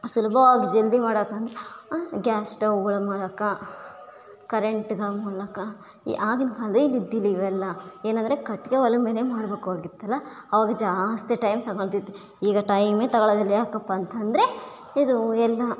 ಸುಲಭವಾಗಿ ಜಲ್ದಿ ಮಾಡೋಕ್ಕೆ ಅಂದರೆ ಗ್ಯಾಸ್ ಸ್ಟವ್ಗಳ ಮೂಲಕ ಕರೆಂಟ್ಗಳ ಮೂಲಕ ಈ ಆಗಿನ ಕಾಲದಲ್ಲಿದ್ದಿಲ್ಲವೆಲ್ಲ ಏನೆಂದ್ರೆ ಕಟ್ಗೆ ಒಲೆ ಮೇಲೆ ಮಾಡ್ಬೇಕು ಆಗಿತ್ತಲ್ಲ ಆವಾಗ ಜಾಸ್ತಿ ಟೈಮ್ ತೊಗೊಳ್ತಿತ್ತು ಈಗ ಟೈಮೆ ತೊಗೊಳ್ಳೋದಿಲ್ಲ ಯಾಕಪ್ಪ ಅಂತಂದ್ರೆ ಇದು ಎಲ್ಲ